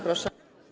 Proszę.